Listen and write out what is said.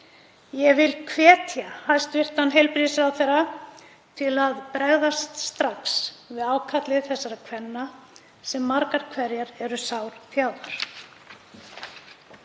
Ég vil hvetja hæstv. heilbrigðisráðherra til að bregðast strax við ákalli þessara kvenna sem margar hverjar eru sárþjáðar.